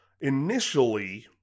Initially